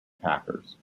packers